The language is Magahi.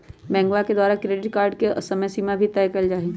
बैंकवा के द्वारा क्रेडिट कार्ड के समयसीमा भी तय कइल जाहई